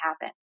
happen